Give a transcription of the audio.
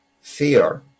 fear